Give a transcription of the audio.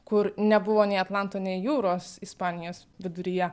kur nebuvo nei atlanto nei jūros ispanijos viduryje